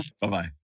Bye-bye